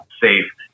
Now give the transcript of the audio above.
safe